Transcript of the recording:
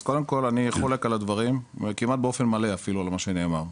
קודם כל אני חולק על הדברים כמעט באופן מלא אפילו על מה שנאמר,